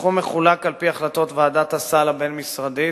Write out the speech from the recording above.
הסכום מחולק על-פי החלטות ועדת הסל הבין-משרדית,